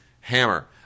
Hammer